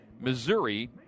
Missouri